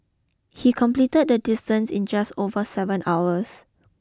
he completed the distance in just over seven hours